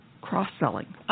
cross-selling